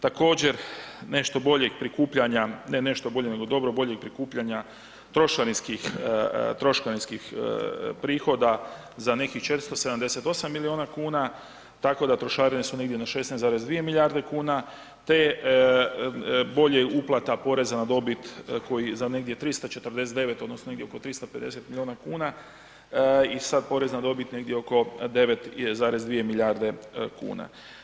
Također, nešto boljeg prikupljanja, ne nešto boljeg, nego dobro boljeg prikupljanja trošarinskih prihoda za nekih 478 milijuna kuna, tako da trošarine su negdje na 16,2 milijarde kuna te je bolje uplata poreza na dobit koji za negdje 349, odnosno negdje oko 350 milijuna kuna i sad porez na dobit negdje oko 9,2 milijarde kuna.